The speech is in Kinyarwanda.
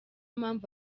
mpamvu